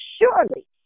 surely